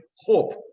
hope